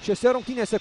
šiose rungtynėse